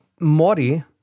Mori